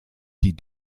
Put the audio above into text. die